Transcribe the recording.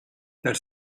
der